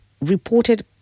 reported